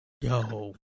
Yo